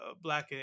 black